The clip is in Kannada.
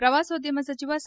ಪ್ರವಾಸೋದ್ಯಮ ಸಚಿವ ಸಾ